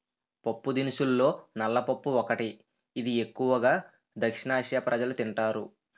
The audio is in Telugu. పప్పుదినుసుల్లో నల్ల పప్పు ఒకటి, ఇది ఎక్కువు గా దక్షిణఆసియా ప్రజలు తింటారు